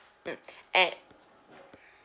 mm at